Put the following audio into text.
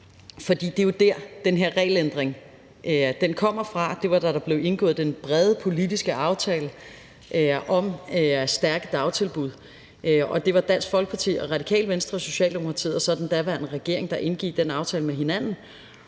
for det er jo derfra, den her regelændring kommer; det var, da der blev indgået den brede politiske aftale om stærke dagtilbud, og det var Dansk Folkeparti og Radikale Venstre, Socialdemokratiet og så den daværende regering, der indgik den aftale med hinanden.